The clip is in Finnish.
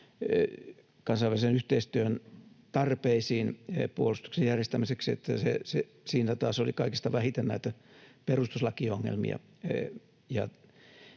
kansainvälisen yhteistyön tarpeisiin puolustuksen järjestämiseksi, että siinä taas oli kaikista vähiten näitä perustuslakiongelmia.